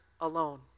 alone